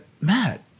Matt